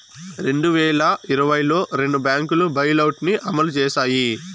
రెండు వేల ఇరవైలో రెండు బ్యాంకులు బెయిలౌట్ ని అమలు చేశాయి